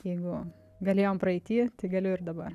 jeigu galėjom praeity tai galiu ir dabar